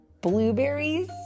Blueberries